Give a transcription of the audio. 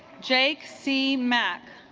jake see max